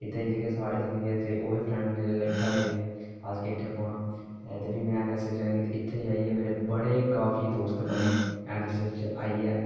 इत्थै जेह्के साढे़ सिनियर हे ओह् बी फ्रैंड आह्ला लेखा हे जिसलै में ऐन्नऐस्सऐस्स ज्वाइन कीती इत्थै मेरे काफी दोस्त बने ऐन्नऐस्सऐस्स च आइयै